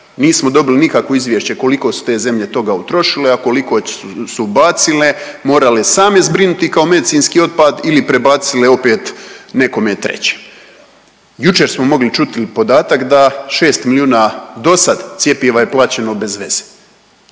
Nismo dobili nikakvo izvješće koliko su te zemlje toga utrošile, a koliko bacile, morale same zbrinuti kao medicinski otpad ili prebacile opet nekome trećem. Jučer smo mogli čuti podatak da 6 milijuna dosad cjepiva je plaćeno bez veze,